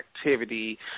activity